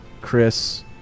Chris